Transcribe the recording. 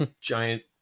giant